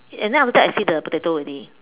and then after that I see the potato already